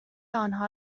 آنها